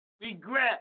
Regret